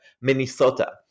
Minnesota